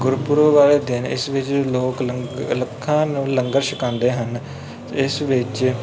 ਗੁਰਪੁਰਬ ਵਾਲੇ ਦਿਨ ਇਸ ਵਿੱਚ ਲੋਕ ਲੰ ਲੱਖਾਂ ਨੂੰ ਲੰਗਰ ਛਕਾਉਂਦੇ ਹਨ ਇਸ ਵਿੱਚ